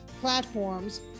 platforms